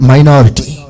Minority